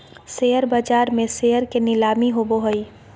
share बाज़ार में share के नीलामी होबो हइ